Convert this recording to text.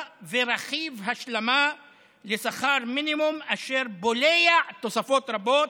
ורכיב השלמה לשכר מינימום, אשר בולע תוספות רבות,